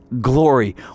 glory